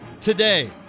today